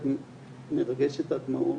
את מרגשת עד דמעות,